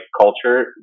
culture